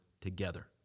together